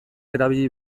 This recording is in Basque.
erabili